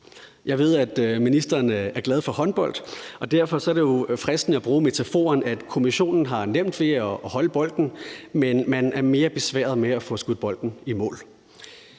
Jeg ved, at ministeren er glad for håndbold, og derfor er det jo fristende at bruge metaforen, at Kommissionen har nemt ved at holde bolden, men man er mere besværet med at få skudt bolden i mål.